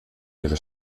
ihre